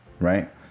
right